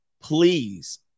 Please